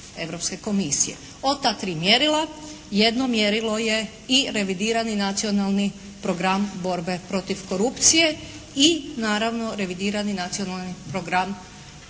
ta tri mjerila jedno mjerilo je i revidirani Nacionalni program borbe protiv korupcije i naravno revidirani Nacionalni program reforme